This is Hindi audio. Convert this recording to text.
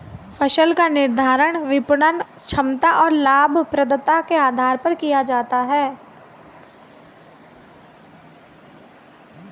फसल का निर्धारण विपणन क्षमता और लाभप्रदता के आधार पर किया जाता है